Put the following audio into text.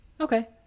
Okay